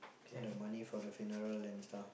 the money for the funeral and stuff